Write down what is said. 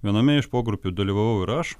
viename iš pogrupių dalyvavau ir aš